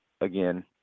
again